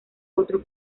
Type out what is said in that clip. otro